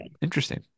Interesting